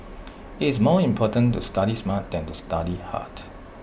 IT is more important to study smart than to study hard